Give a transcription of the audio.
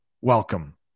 Welcome